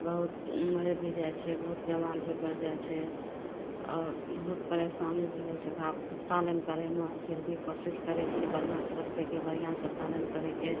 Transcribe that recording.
बहुत मरि भी जाइ छै बहुत बीमार भी पड़ि जाइ छै आओर बहुत परेशानी भी होइ छै ओकरा पालन करयमे फिर भी कोशिश करय छियै बढ़िआँसँ रखयके बढ़िआँसँ पालन करयके